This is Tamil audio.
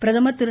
பிரதமர் திரு